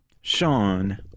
Sean